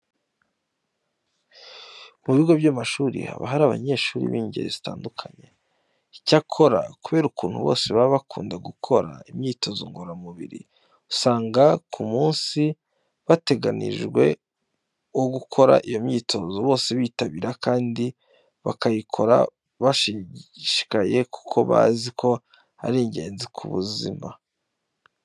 Mu bigo by'amashuri haba hari abanyeshuri b'ingeri zitandukanye. Icyakora kubera ukuntu bose baba bakunda gukora imyitozo ngororamubiri usanga ku munsi bateganyirijwe wo gukora iyo myitozo bose bitabira kandi bakayikora bashishikaye kuko bazi ko ari ingenzi ku buzima.